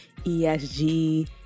ESG